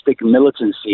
militancy